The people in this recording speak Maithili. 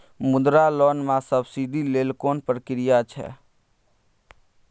मुद्रा लोन म सब्सिडी लेल कोन प्रक्रिया छै?